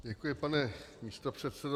Děkuji, pane místopředsedo.